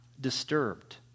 disturbed